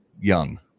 young